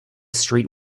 street